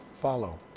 follow